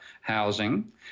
housing